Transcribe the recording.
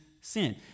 sin